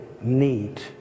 need